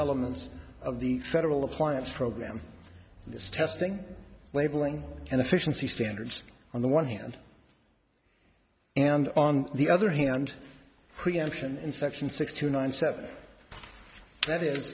elements of the federal appliance program this testing labeling and efficiency standards on the one hand and on the other hand preemption inspection six to nine step that is